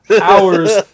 hours